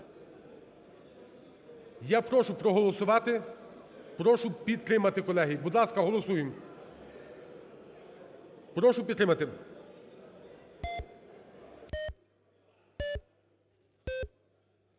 Я прошу проголосувати, прошу підтримати, колеги. Будь ласка, голосуємо. Прошу підтримати.